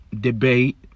debate